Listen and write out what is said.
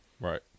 Right